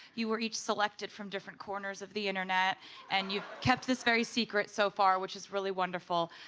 you were each selected from different corners of the internet and you've kept this very secret so far which is really wonderful.